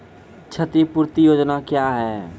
क्षतिपूरती योजना क्या हैं?